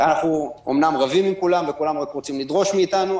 אנחנו אומנם רבים עם כולם וכולם רק רוצים לדרוש מאיתנו,